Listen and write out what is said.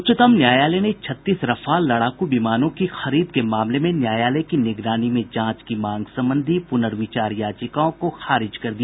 उच्चतम न्यायालय ने छत्तीस रफाल लड़ाकू विमानों की खरीद के मामले में न्यायालय की निगरानी में जांच की मांग संबंधी प्रनर्विचार याचिकाओं को आज खारिज कर दिया